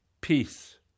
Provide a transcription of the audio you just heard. peace